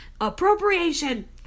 appropriation